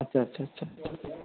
আচ্ছা আচ্ছা আচ্ছা আচ্ছা